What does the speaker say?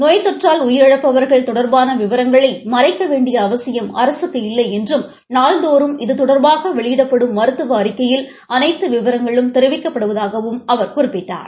நோய் தொற்றால் உயிரிழப்பவர்கள் தொடர்பான விவரங்களை மறைக்க வேண்டிய அவசியம் அரசுக்கு இல்லை என்றும் நாள்தோறும் இது தொடர்பாக வெளியிடப்படும் மருத்துவ அறிக்கையில் அனைத்து விவரங்களும் தெரிவிக்கப்படுவதாகவும் அவர் குறிப்பிட்டார்